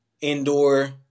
indoor